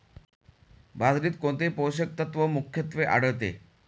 बाजरीत कोणते पोषक तत्व मुख्यत्वे आढळते?